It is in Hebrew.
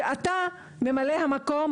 שאתה ממלא המקום,